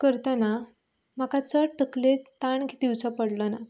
करतना म्हाका चड तकलेक ताण दिवचो पडलो ना